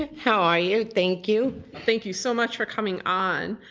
and how are you? thank you. thank you so much for coming on.